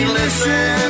listen